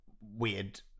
weird